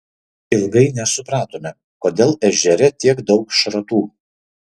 ilgai nesupratome kodėl ežere tiek daug šratų